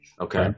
okay